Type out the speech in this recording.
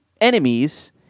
enemies